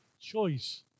choice